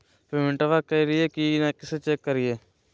पेमेंटबा कलिए की नय, कैसे चेक करिए?